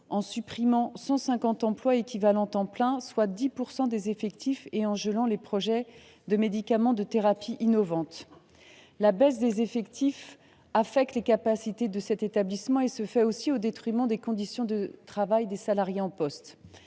la suppression de 150 équivalents temps plein, soit 10 % des effectifs, et le gel des projets de médicaments de thérapie innovante. La baisse des effectifs affecte les capacités de cet établissement et altère les conditions de travail des salariés en poste.